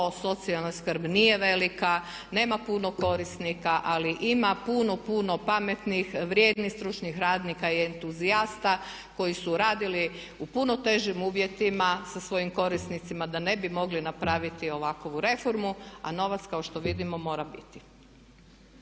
socijalna skrb nije velika, nema puno korisnika ali ima puno, puno, pametnih, vrijednih stručnih radnika i entuzijasta koji su radili u puno težim uvjetima sa svojim korisnicima da ne bi mogli napraviti ovakovu reformu a novac kao što vidimo mora biti.